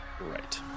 Right